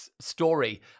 story